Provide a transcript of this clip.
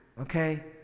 okay